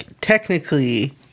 Technically